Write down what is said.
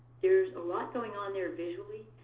there's a lot going on there visually,